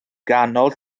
ganol